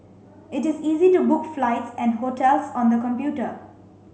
it is easy to book flights and hotels on the computer